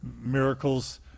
miracles